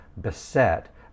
beset